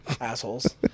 assholes